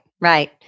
right